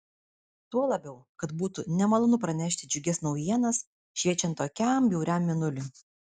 tuo labiau kad būtų nemalonu pranešti džiugias naujienas šviečiant tokiam bjauriam mėnuliui